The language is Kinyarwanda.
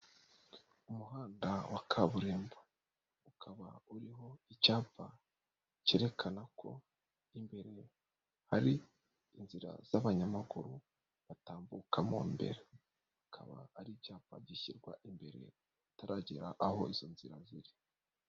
Umuhanda wa kaburimbo, ukaba uriho icyapa cyerekana ko imbere hari inzira z'abanyamakuru batambukamo mbere, cyikaba ari icyapa gishyirwa imbere, hatararagera aho izo nzira ziri.